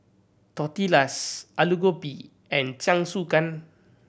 Tortillas Alu Gobi and Jingisukan